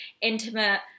intimate